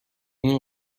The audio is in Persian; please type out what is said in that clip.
این